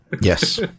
Yes